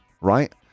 right